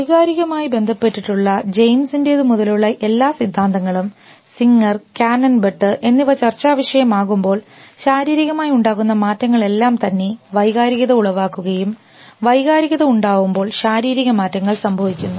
വൈകാരികമായി ബന്ധപ്പെട്ടുള്ള ജെയിംസ്ൻറെത് മുതലുള്ള എല്ലാ സിദ്ധാന്തങ്ങളും സിംഗർ കാനൺ ബട്ട് എന്നിവ ചർച്ചാവിഷയം ആകുമ്പോൾ ശാരീരികമായി ഉണ്ടാകുന്ന മാറ്റങ്ങൾ എല്ലാം തന്നെ വൈകാരികത ഉളവാക്കുകയും വൈകാരികത ഉണ്ടാവുമ്പോൾ ശാരീരികമാറ്റങ്ങൾ സംഭവിക്കുന്നു